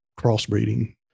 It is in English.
crossbreeding